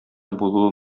булуы